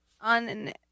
on